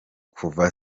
kuva